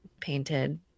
painted